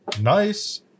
nice